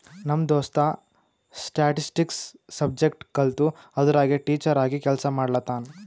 ನಮ್ ದೋಸ್ತ statistics subject ಕಲ್ತು ಅದುರಾಗೆ ಟೀಚರ್ ಆಗಿ ಕೆಲ್ಸಾ ಮಾಡ್ಲತಾನ್